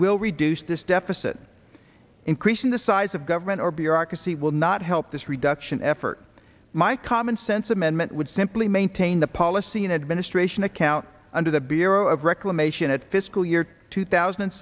will reduce this deficit increasing the size of government or bureaucracy will not help this reduction effort my commonsense amendment would simply maintain the policy and administration account under the bureau of reclamation at fiscal year two thousand and